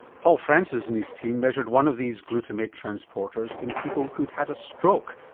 paul francis and his team measured one of these glutamate transporters in people who'd had a stroke,